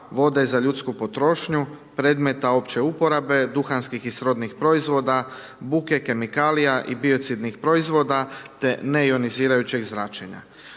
vode za ljudsku potrošnju, predmeta opće uporabe, duhanskih i srodnih proizvoda, buke, kemikalija i biocidnih proizvoda te neionizirajućeg zračenja.